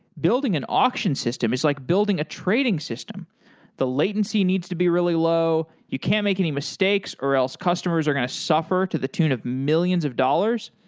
building an auction system is like building a trading system the latency needs to be really low you can make any mistakes or else customers are going to suffer to the tune of millions of dollars.